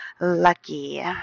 Lucky